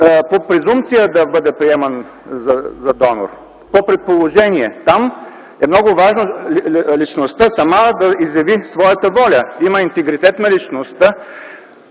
по презумпция да бъде приеман за донор, по предположение. Там е много важно личността сама да изяви своята воля, има интегритет на личността.